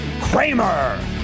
Kramer